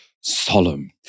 solemn